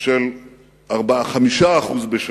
של 5% בשנה,